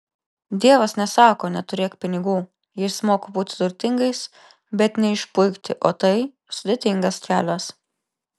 dievas nesako neturėk pinigų jis moko būti turtingais bet neišpuikti o tai sudėtingas kelias